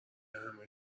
همه